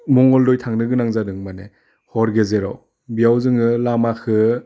मंगलदै थांनो गोनां जादों माने हर गेजेराव बेयाव जोङो लामाखो